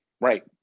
Right